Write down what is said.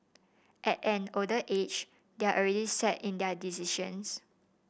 at an older age they're already set in their decisions